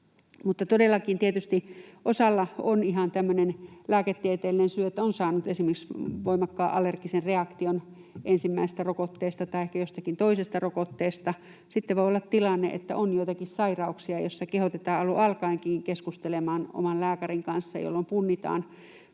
osunut. Todellakin tietysti osalla on ihan tämmöinen lääketieteellinen syy, että on saanut esimerkiksi voimakkaan allergisen reaktion ensimmäisestä rokotteesta tai ehkä jostakin toisesta rokotteesta. Sitten voi olla tilanne, että on joitakin sairauksia, joissa kehotetaan alun alkaenkin keskustelemaan oman lääkärin kanssa, jolloin punnitaan